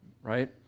right